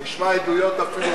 נשמע עדויות אפילו,